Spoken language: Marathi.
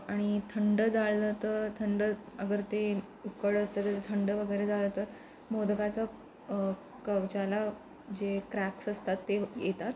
आणि थंड जाळलं तर थंड अगर ते उकळळं असतं तर थंड वगैरे झालं तर मोदकाचं कवचाला जे क्रॅक्स असतात ते येतात